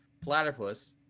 platypus